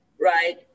right